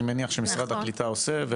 אני מניח שמשרד הקליטה עושה,